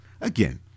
again